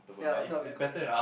ya it's not very